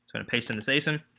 sort of paste in this aysen